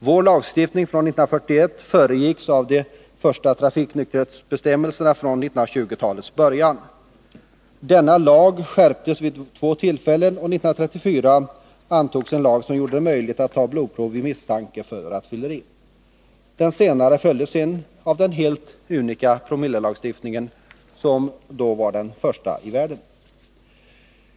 Vår lagstiftning av år 1941 föregicks av de första trafiknykterhetsbestämmelserna från 1920-talets början. Denna lag skärptes vid två tillfällen, och 1934 antogs en lag som gjorde det möjligt att ta blodprov vid misstanke om rattfylleri. Lagen följdes sedan av den helt unika promillelagstiftningen, som då var den första i världen.